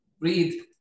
Breathe